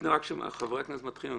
לפני שחברי הכנסת מתחילים,